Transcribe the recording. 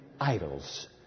idols